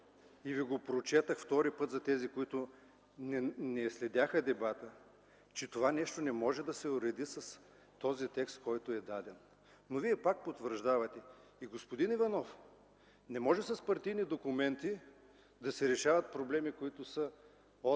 и аз го прочетох втори път за тези, които не следяха дебата, че това нещо не може да се уреди с този текст, който е даден. Но Вие пак потвърждавате. Господин Иванов, не може с партийни документи да се решават проблеми, които са от гледна